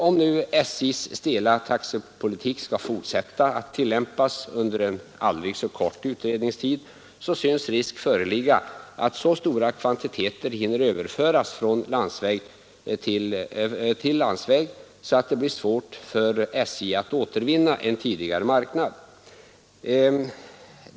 Om nu SJ:s stela taxepolitik skall fortsätta att tillämpas även under kortaste möjliga utredningstid, synes risk föreligga att så stora kvantiteter hinner överföras till landsväg, att det blir svårt för SJ att återvinna en tidigare marknad.